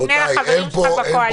תפנה לחברים שלך בקואליציה.